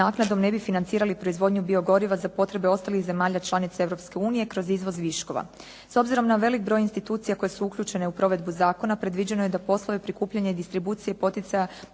naknadom ne bi financirali proizvodnju biogoriva za potrebe ostalih zemalja članica Europske unije kroz izvoz viškova. S obzirom na velik broj institucija koje su uključene u provedbu zakona predviđeno je da poslove prikupljanja i distribucije poticaja